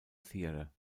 theatre